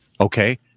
Okay